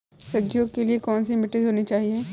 सब्जियों के लिए कैसी मिट्टी होनी चाहिए?